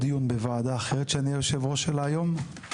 דיון בוועדה אחרת שאני יושב ראש שלה היום.